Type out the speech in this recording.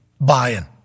buying